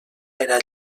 era